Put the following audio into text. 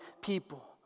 people